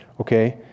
Okay